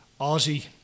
Ozzy